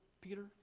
Peter